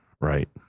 right